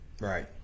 right